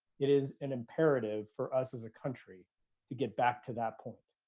it is an imperative for us as a country to get back to that point.